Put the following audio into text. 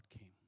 came